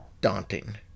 daunting